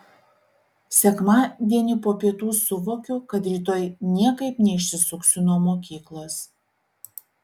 sekmadienį po pietų suvokiu kad rytoj niekaip neišsisuksiu nuo mokyklos